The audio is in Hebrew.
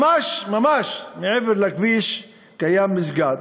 ממש-ממש מעבר לכביש קיים מסגד,